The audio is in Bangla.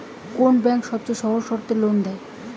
কোন ব্যাংক সবচেয়ে সহজ শর্তে লোন দেয়?